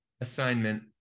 assignment